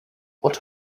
what